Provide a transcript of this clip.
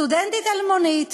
סטודנטית אלמונית